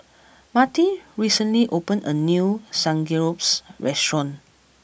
Matie recently opened a new Samgeyopsal restaurant